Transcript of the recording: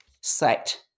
set